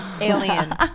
alien